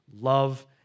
Love